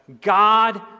God